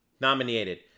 nominated